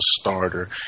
starter